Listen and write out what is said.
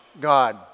God